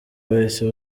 bahise